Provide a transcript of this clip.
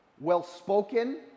well-spoken